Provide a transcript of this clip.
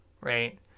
Right